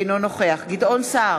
אינו נוכח גדעון סער,